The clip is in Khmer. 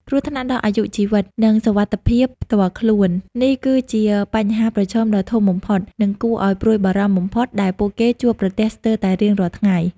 គ្រោះថ្នាក់ដល់អាយុជីវិត និងសុវត្ថិភាពផ្ទាល់ខ្លួន នេះគឺជាបញ្ហាប្រឈមដ៏ធំបំផុត និងគួរឲ្យព្រួយបារម្ភបំផុតដែលពួកគេជួបប្រទះស្ទើរតែរៀងរាល់ថ្ងៃ។